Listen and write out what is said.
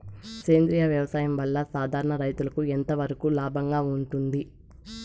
సేంద్రియ వ్యవసాయం వల్ల, సాధారణ రైతుకు ఎంతవరకు లాభంగా ఉంటుంది?